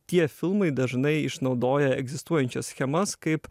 tie filmai dažnai išnaudoja egzistuojančias schemas kaip